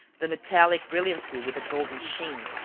the metallic brilliancy with a golden sheen,